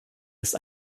ist